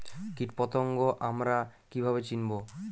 কীটপতঙ্গ আমরা কীভাবে চিনব?